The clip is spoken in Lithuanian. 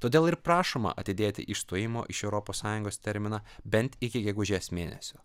todėl ir prašoma atidėti išstojimo iš europos sąjungos terminą bent iki gegužės mėnesio